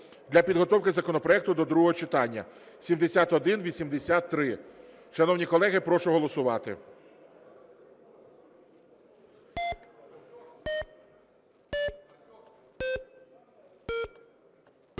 для підготовки законопроекту до другого читання (7183). Шановні колеги, прошу голосувати.